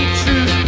true